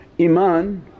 Iman